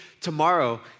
tomorrow